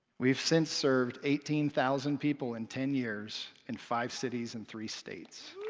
we've since served eighteen thousand people in ten years, in five cities, in three states.